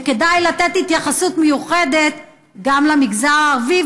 וכדאי לתת התייחסות מיוחדת גם למגזר הערבי,